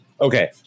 Okay